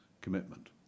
commitment